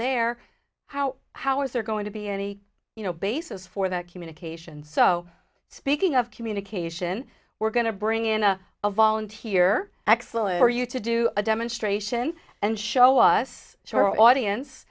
there how how is there going to be any you know basis for that communication so speaking of communication we're going to bring in a volunteer excellent for you to do a demonstration and show us show audience